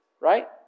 Right